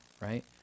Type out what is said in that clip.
right